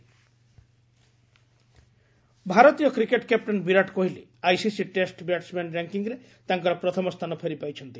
test ranking ଭାରତୀୟ cricket captain Virat Kohli ICC test batsman ର୍ୟାଙ୍କିଙ୍ଗ୍ରେ ତାଙ୍କର ପ୍ରଥମ ସ୍ଥାନ ଫେରି ପାଇଛନ୍ତି